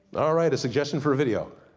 alright a suggestion for a video.